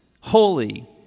holy